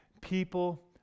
people